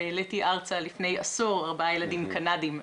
העליתי ארצה לפני עשור ארבעה ילדים קנדים מאוד.